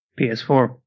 PS4